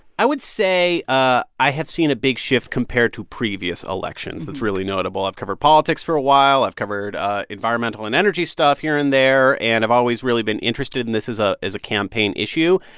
i would say ah i have seen a big shift compared to previous elections that's really notable. i've covered politics for a while. i've covered ah environmental and energy stuff here and there. and i've always really been interested in this as ah as a campaign issue.